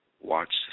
Watch